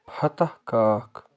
فتح کاکھ